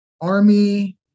army